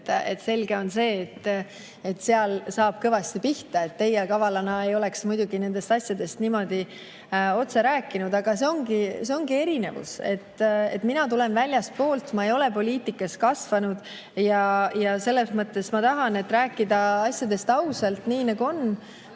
selge on see, et seal saab kõvasti pihta. Teie kavalana ei oleks muidugi nendest asjadest niimoodi otse rääkinud. Aga see ongi erinevus, et mina tulen väljastpoolt, ma ei ole poliitikas kasvanud ja selles mõttes ma tahan rääkida asjadest ausalt, nii nagu on.